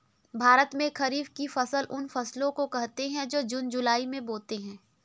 भारत में खरीफ की फसल उन फसलों को कहते है जो जून जुलाई में बोते है